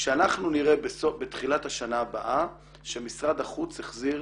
כשאנחנו נראה בתחילת השנה הבאה שמשרד החוץ החזיר